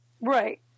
Right